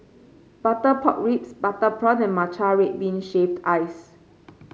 Butter Pork Ribs Butter Prawn and Matcha Red Bean Shaved Ice